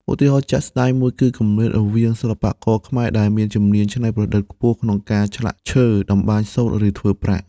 ឧទាហរណ៍ជាក់ស្តែងមួយគឺគម្លាតរវាងសិល្បករខ្មែរដែលមានជំនាញច្នៃប្រឌិតខ្ពស់ក្នុងការឆ្លាក់ឈើ តម្បាញសូត្រ ឬធ្វើប្រាក់។